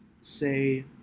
say